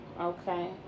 okay